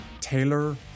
Taylor